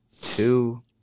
two